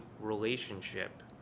relationship